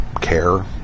care